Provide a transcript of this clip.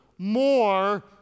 More